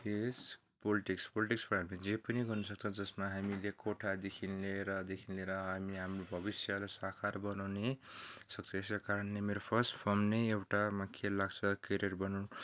is politics पोलिटिक्समा हामी जे पनि गर्न सक्छ जसमा हामीले कोठादेखि लिएर देखि लिएर हामी हाम्रो भविष्यलाई साकार बनाउने सक्सेसकै कारणले मेरो फर्स्ट फर्म नै एउटामा के लाग्छ करियर बनाउने